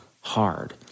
hard